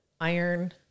iron